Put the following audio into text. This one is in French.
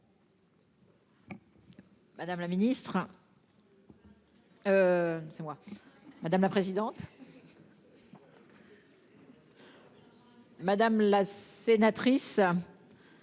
Madame la Ministre.-- C'est moi. Madame la présidente.-- Madame la sénatrice.--